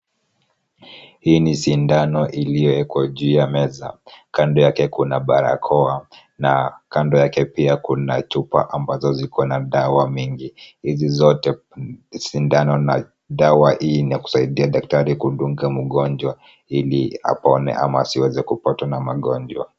Hii ni sindano iliyowekwa juu ya meza. Kando yake kuna barakoa na kando yake pia kuna chupa ambazo ziko na dawa mingi. Hizi zote sindano na dawa hii ni ya kusaidia daktari kudunga mgonjwa ili apone ama siweze kupatwa na magonjwa.